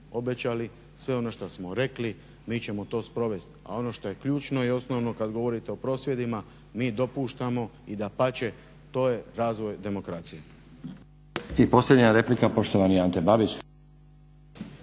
obećali, sve ono što smo rekli mi ćemo to sprovesti, a ono što je ključno i osnovno kada govorite o prosvjedima mi dopuštamo i dapače to je razvoj demokracije.